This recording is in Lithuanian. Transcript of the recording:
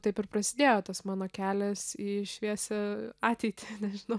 taip ir prasidėjo tas mano kelias į šviesią ateitį nežinau